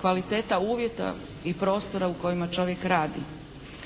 kvaliteta uvjeta i prostora u kojima čovjek radi.